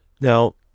Now